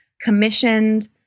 commissioned